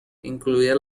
incluida